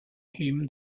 him